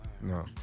No